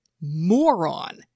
moron